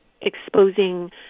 exposing